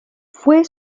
fue